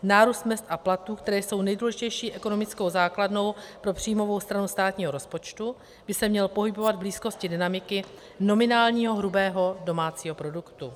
Nárůst mezd a platů, které jsou nejdůležitější ekonomickou základnou pro příjmovou stranu státního rozpočtu, by se měl pohybovat v blízkosti dynamiky nominálního hrubého domácího produktu.